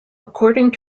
according